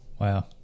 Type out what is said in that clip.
Wow